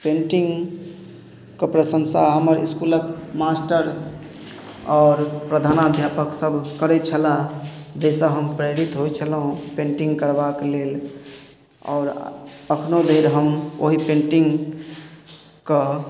पेन्टिंगके प्रशंसा हमर इसकुलक मास्टर आओर प्रधानाध्यापक सब करै छलए जाहिसँ हम प्रेरित होइ छलहुॅं पेन्टिंग ओ करबाक लेल आओर अखनो देर हम ओहि पेन्टिंग कऽ